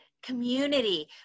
Community